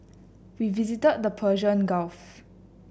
we visited the Persian Gulf